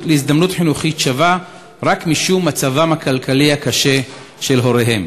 חינוכית שווה רק משום מצבם הכלכלי הקשה של הוריהם.